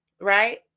right